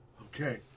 Okay